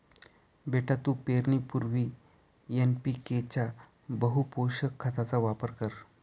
बेटा तू पेरणीपूर्वी एन.पी.के च्या बहुपोषक खताचा वापर कर